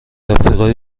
آفریقای